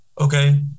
Okay